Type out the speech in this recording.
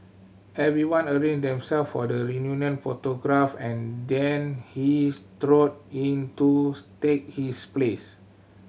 everyone arranged themselves for the reunion photograph then he strode in to take his place